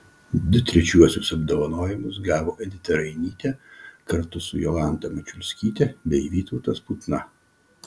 du trečiuosius apdovanojimus gavo edita rainytė kartu su jolanta mačiulskyte bei vytautas putna